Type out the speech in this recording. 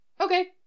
okay